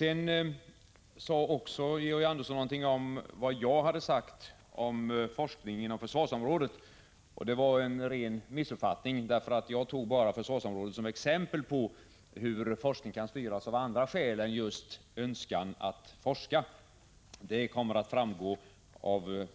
Georg Andersson tog också upp något som jag hade sagt om forskning inom försvarsområdet. Det var en ren missuppfattning. Jag tog bara försvarsområdet som exempel på hur forskning kan styras av andra skäl än just önskan att forska. Det kommer att framgå av